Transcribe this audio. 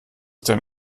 denn